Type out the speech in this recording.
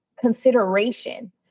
consideration